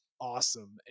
awesome